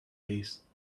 pace